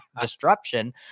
disruption